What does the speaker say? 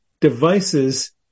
devices